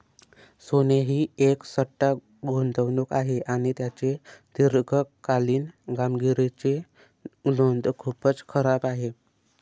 सोने ही एक सट्टा गुंतवणूक आहे आणि त्याची दीर्घकालीन कामगिरीची नोंद खूपच खराब आहे